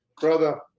brother